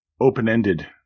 Open-ended